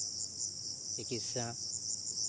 ᱪᱤᱠᱤᱛᱥᱟ